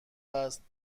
است